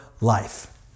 life